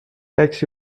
عکسی